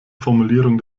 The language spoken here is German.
formulierung